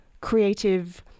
creative